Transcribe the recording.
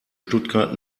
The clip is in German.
stuttgart